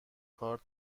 کارت